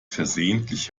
versehentlich